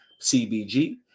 CBG